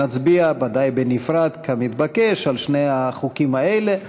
נצביע, ודאי בנפרד, כמתבקש, על שני החוקים האלה.